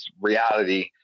reality